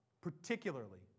Particularly